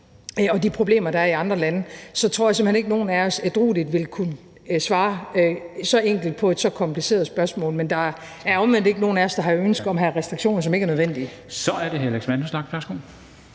og de problemer, der er i andre lande, tror jeg simpelt hen ikke, at nogen af os ædrueligt vil kunne svare så enkelt på et så kompliceret spørgsmål. Men der er omvendt ikke nogen af os, der har ønsker om at have restriktioner, som ikke er nødvendige. Kl.